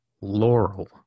Laurel